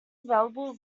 available